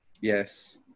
yes